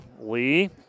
Lee